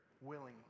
willingly